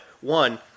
one